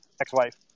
ex-wife